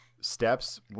steps